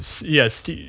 yes